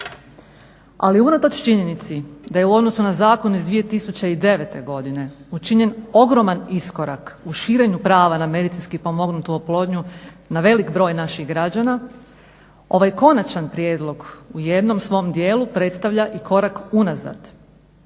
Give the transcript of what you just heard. Ali unatoč činjenici da je u odnosu na zakon iz 2009.godine učinjen ogroman iskorak u širenju prava na medicinski pomognutu oplodnju na velik broj naših građana ovaj konačan prijedlog u jednom svom dijelu predstavlja i korak unazad